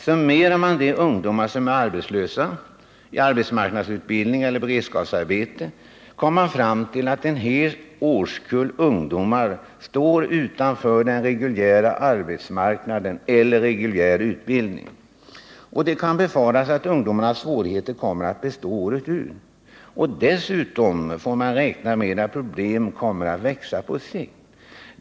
Summerar man de ungdomar som är arbetslösa, i arbetsmarknadsutbildning eller beredskapsarbete, kommer man fram till att en hel årskull ungdomar står utanför den reguljära arbetsmarknaden eller reguljär utbildning. Det kan befaras att ungdomarnas svårigheter kommer att bestå året ut. Dessutom får man räkna med att problemen kommer att växa på sikt.